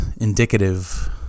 indicative